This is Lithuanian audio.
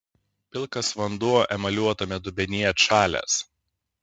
pilkas vanduo emaliuotame dubenyje atšalęs